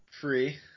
Free